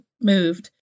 moved